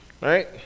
right